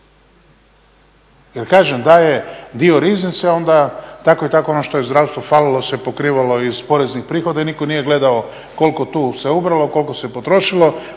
Jer kažem da je dio Riznice onda tako i tako ono što je u zdravstvu falilo se pokrivalo iz poreznih prihoda i nitko nije gledao koliko tu se ubralo, koliko se potrošilo.